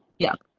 yeah,